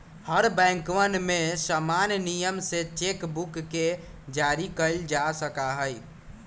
हर बैंकवन में समान नियम से चेक बुक के जारी कइल जा सका हई